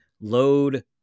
load